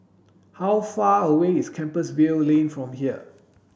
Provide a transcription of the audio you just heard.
how far away is Compassvale Lane from here